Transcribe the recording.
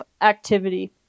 activity